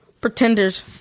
Pretenders